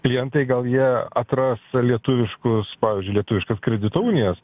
klientai gal jie atras lietuviškus pavyzdžiui lietuviškas kredito unijas